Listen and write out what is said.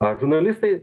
ar žurnalistai